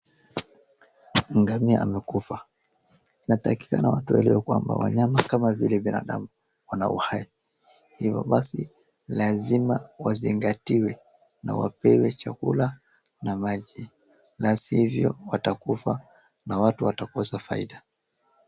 Ngamia amekufa. Inatakikana watu waelewe wanyama kama vile binadamu wana uhai hivo basi lazima wazingatiwe na wapewe chakula na maji. La sivyo watakufa na watu watakosa faida.